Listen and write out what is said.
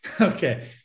Okay